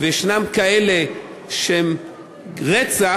ויש כאלה שהם רצח,